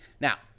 Now